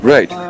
Right